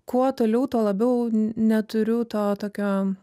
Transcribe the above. kuo toliau tuo labiau n neturiu to tokio